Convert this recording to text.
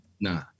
Nah